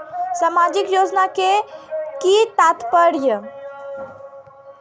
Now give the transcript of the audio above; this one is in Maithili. सामाजिक योजना के कि तात्पर्य?